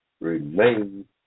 remain